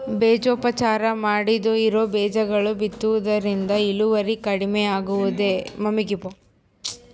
ಬೇಜೋಪಚಾರ ಮಾಡದೇ ಇರೋ ಬೇಜಗಳನ್ನು ಬಿತ್ತುವುದರಿಂದ ಇಳುವರಿ ಕಡಿಮೆ ಆಗುವುದೇ?